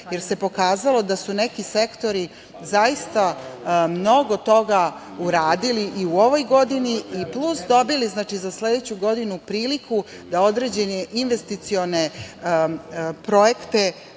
jer se pokazalo da su neki sektori zaista mnogo toga uradili i u ovoj godini, plus dobili za sledeću godinu priliku da određene investicione projekte